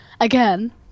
again